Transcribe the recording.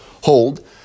hold